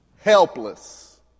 helpless